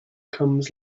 comes